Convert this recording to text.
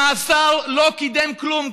המאסר לא קידם כלום.